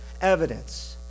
evidence